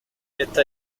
esta